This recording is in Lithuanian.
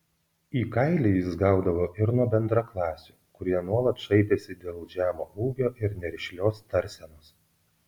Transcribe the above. į kailį jis gaudavo ir nuo bendraklasių kurie nuolat šaipėsi dėl žemo ūgio ir nerišlios tarsenos